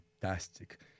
fantastic